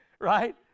Right